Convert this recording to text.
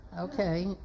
Okay